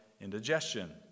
indigestion